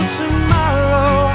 tomorrow